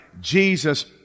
Jesus